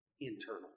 internal